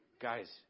Guys